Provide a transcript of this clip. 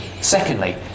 Secondly